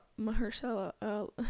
Mahershala